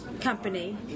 company